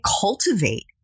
cultivate